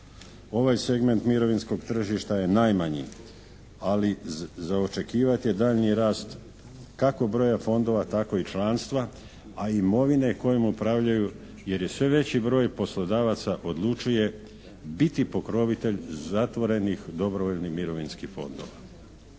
Ovaj segment mirovinskog tržišta je najmanji ali za očekivati je daljnji rast kako broja fondova tako i članstva a imovine kojom upravljaju jer je sve veći broj poslodavaca odlučuje biti pokrovitelj zatvorenih dobrovoljnih mirovinskih fondova.